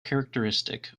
characteristic